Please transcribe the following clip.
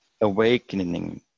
awakening